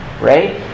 right